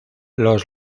los